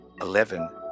eleven